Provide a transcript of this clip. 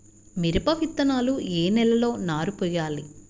మిరప విత్తనాలు ఏ నెలలో నారు పోయాలి?